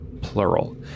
plural